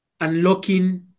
unlocking